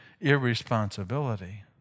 irresponsibility